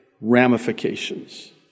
ramifications